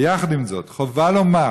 ויחד עם זאת חובה לומר